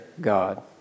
God